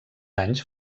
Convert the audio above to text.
anys